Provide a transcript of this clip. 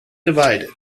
divided